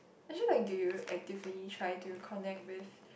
actually like do you actively try to connect with